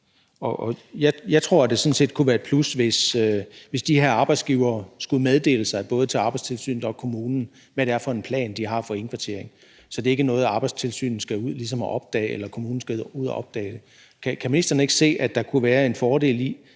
det sådan set kunne være et plus, hvis de her arbejdsgivere skulle meddele til både Arbejdstilsynet og kommunen, hvad det er for en plan, de har for indkvartering, så det ikke er noget, Arbejdstilsynet eller kommunen ligesom skal ud og opdage. Kan ministeren ikke se, at der kunne være en fordel i,